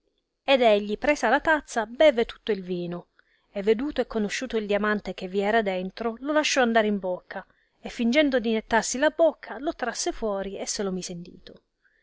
ed egli presa la tazza beve tutto il vino e veduto e conosciuto il diamante che vi era dentro lo lasciò andare in bocca e fingendo di nettarsi la bocca lo trasse fuorije se lo mise in dito